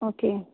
okay